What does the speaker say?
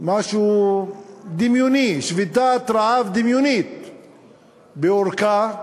משהו דמיוני, שביתת רעב דמיונית באורכה,